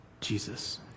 Jesus